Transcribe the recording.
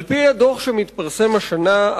על-פי הדוח שמתפרסם השנה,